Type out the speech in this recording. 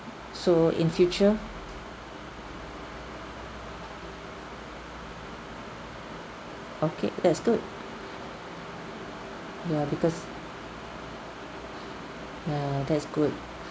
so in future okay that's good ya because ya that's good